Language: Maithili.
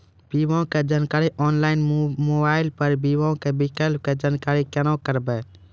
बीमा के जानकारी ऑनलाइन मोबाइल पर बीमा के विकल्प के जानकारी केना करभै?